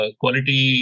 quality